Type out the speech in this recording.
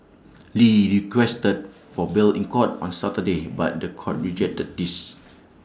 lee requested for bail in court on Saturday but The Court rejected this